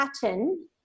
pattern